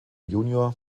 jun